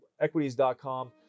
equities.com